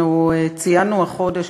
אנחנו ציינו החודש,